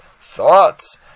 thoughts